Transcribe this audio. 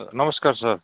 नमस्कार सर